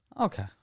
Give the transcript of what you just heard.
Okay